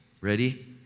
Ready